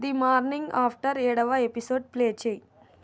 the morning after ఏడవ episode play చెయ్యి